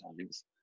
times